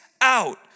out